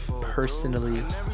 personally